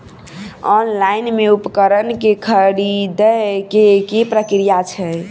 Online मे उपकरण केँ खरीदय केँ की प्रक्रिया छै?